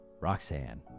Roxanne